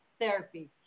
Therapy